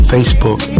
Facebook